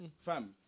fam